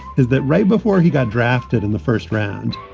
is that right? before he got drafted in the first round?